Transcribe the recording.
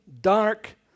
dark